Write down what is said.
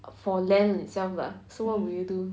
for land itself lah so what would you do